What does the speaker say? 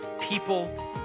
people